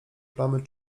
plamy